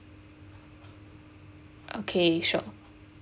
okay sure